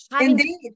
Indeed